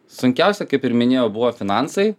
sunkiausia kaip ir minėjau buvo finansai